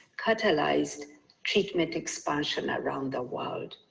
catalysed treatment expansion around the world.